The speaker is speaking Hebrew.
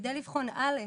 כדי לבחון, ראשית,